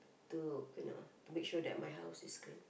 to you know to make sure that my house is clean